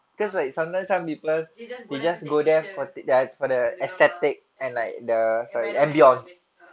ah they just go there to take picture ambil gambar aesthetic the environment elements